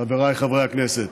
חבריי חברי הכנסת,